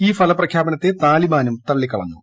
ഈ ഫലപ്രഖ്യാപനത്തെ താലിബാനും തള്ളിക്കളഞ്ഞു